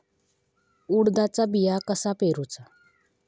उडदाचा बिया कसा पेरूचा?